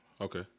Okay